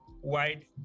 white